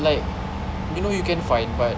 like we know you can find but